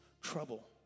trouble